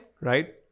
right